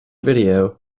video